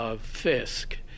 Fisk